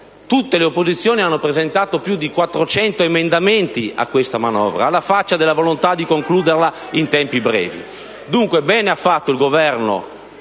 tutte le opposizioni hanno presentato più di 400 emendamenti alla manovra: alla faccia della volontà di concluderla in tempi brevi! Dunque, bene ha fatto il Governo